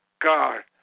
God